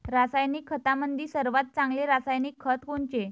रासायनिक खतामंदी सर्वात चांगले रासायनिक खत कोनचे?